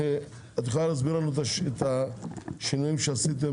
את יכולה להסביר לנו את השינויים שעשיתם